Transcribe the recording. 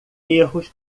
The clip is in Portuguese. erros